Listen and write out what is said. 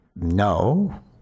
No